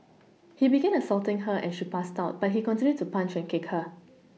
he began assaulting her and she passed out but he continued to punch and kick her